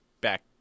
back